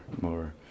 more